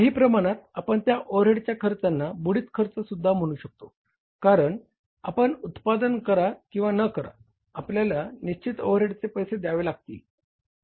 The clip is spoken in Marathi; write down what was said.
काही प्रमाणात आपण त्या ओव्हरहेडच्या खर्चांना बुडीत खर्चसुद्धा म्हणू शकतो कारण आपण उत्पादन करा किंवा न करा आपल्याला निश्चित ओव्हरहेडचे पैसे द्यावे लागतील